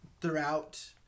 throughout